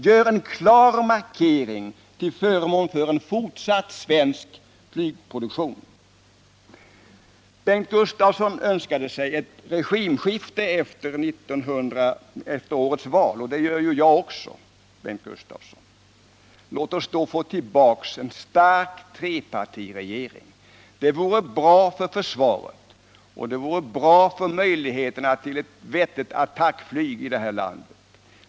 Gör en klar markering till förmån för fortsatt svensk flygproduktion! Bengt Gustavsson önskade sig ett regimskifte efter årets val. Det gör jag också, Bengt Gustavsson. Låt oss då få tillbaka en stark trepartiregering. Det vore bra för försvaret, och det vore bra för möjligheterna att få ett vettigt attackflyg i detta land.